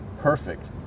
Perfect